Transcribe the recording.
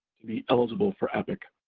to be eligible for epic.